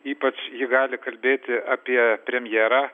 ypač ji gali kalbėti apie premjerą